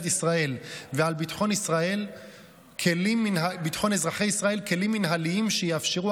ישראל ועל ביטחון אזרחי ישראל כלים מינהליים שיאפשרו